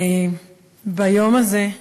ביום הזה,